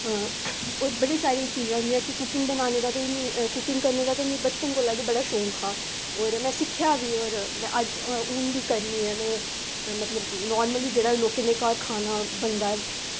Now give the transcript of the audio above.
ते एह् बड़ी सारी चीज़ां न जियां तुसें मिगी नांऽ लै दा ते कुकिंग गल्ला ते बड़ा शौक हा होर में सिक्खेआ बी होर में हून करनी ऐ मतलब नॉर्मली जेह्ड़ा लोकें दे घर खाना बनदा